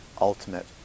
Ultimate